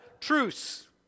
truce